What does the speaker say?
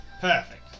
Perfect